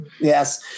Yes